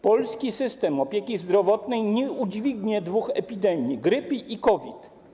Polski system opieki zdrowotnej nie udźwignie dwóch epidemii - grypy i COVID.